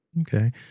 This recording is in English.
Okay